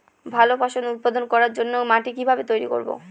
ভালো ফসল উৎপাদন করবার জন্য মাটি কি ভাবে তৈরী করব?